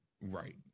Right